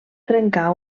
trencar